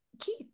Keith